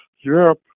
Europe